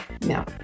No